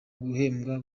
guhembwa